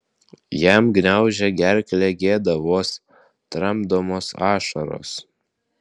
jam gniaužė gerklę gėda vos tramdomos ašaros